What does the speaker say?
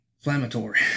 inflammatory